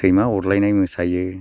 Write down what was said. सैमा अरलायनाय मोसायो